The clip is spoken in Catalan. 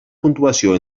puntuació